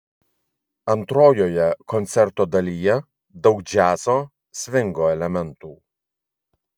antrojoje koncerto dalyje daug džiazo svingo elementų